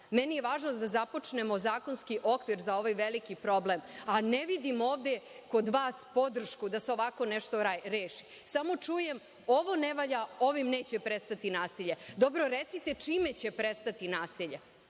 Meni je važno da započnemo zakonski okvir za ovaj veliki problem, a ne vidim ovde kod vas podršku da se ovako nešto reši. Samo čujem – ovo ne valja, ovim neće prestati nasilje. Dobro, recite – čime će prestati nasilje